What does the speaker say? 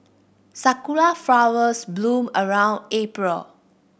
sakura flowers bloom around April